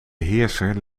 heerser